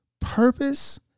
purpose